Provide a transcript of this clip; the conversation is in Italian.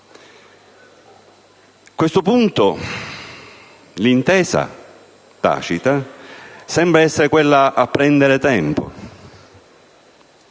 A questo punto, l'intesa tacita sembra essere quella di prendere tempo,